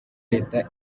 leta